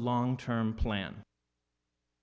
long term plan